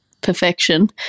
perfection